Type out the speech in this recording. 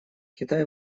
китай